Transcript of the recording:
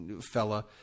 fella